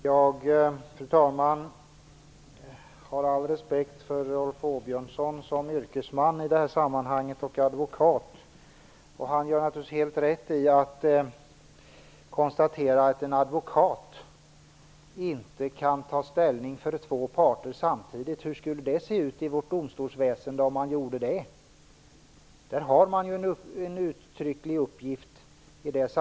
Fru talman! Jag har all respekt för Rolf Åbjörnsson som yrkesman och advokat i detta sammanhang. Han gör naturligtvis helt rätt i att konstatera att en advokat inte kan ta ställning för två parter samtidigt. Hur skulle det se ut i vårt domstolsväsende om man gjorde det? I det sammanhanget har advokaten en uttrycklig uppgift.